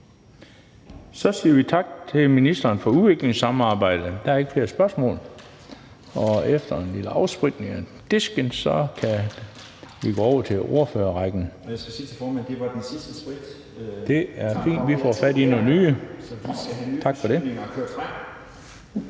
Så siger vi tak til ministeren for udviklingssamarbejde. Der er ikke flere spørgsmål. Og efter en lille afspritning af disken kan vi gå over til ordførerrækken. Tak for det. Og vi siger velkommen